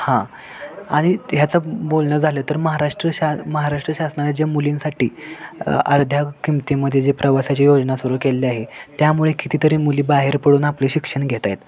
हां आणि ह्याचं बोलणं झालं तर महाराष्ट्र शा महाराष्ट्र शासनाने ज्या मुलींसाठी अर्ध्या किमतीमध्ये जी प्रवासाची योजना सुरू केलेली आहे त्यामुळे कितीतरी मुली बाहेर पडून आपले शिक्षण घेत आहेत